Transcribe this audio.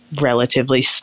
relatively